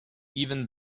even